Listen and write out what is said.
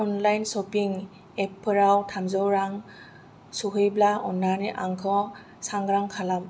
online shopping एपफोराव थामजौ रां सहैब्ला अननानै आंखौ सांग्रां खालाम